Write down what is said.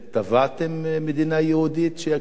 שירדן תכיר בישראל כמדינה יהודית?